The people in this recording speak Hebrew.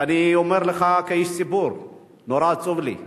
ואני אומר לך, כאיש ציבור, נורא עצוב לי.